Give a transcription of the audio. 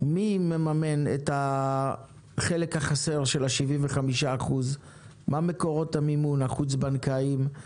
מי מממן את החלק החסר של ה-75% ומה מקורות המימון החוץ בנקאיים?